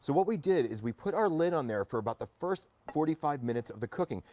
what we did is we put our lid on there for about the first forty five minutes of the cooking.